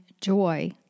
joy